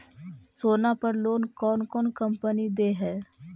सोना पर लोन कौन कौन कंपनी दे है?